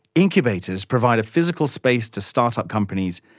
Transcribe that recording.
incubators provide a physical space to start-up companies,